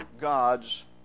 God's